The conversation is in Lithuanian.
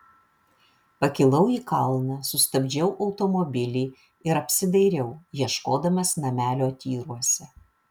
pakilau į kalną sustabdžiau automobilį ir apsidairiau ieškodamas namelio tyruose